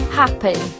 happy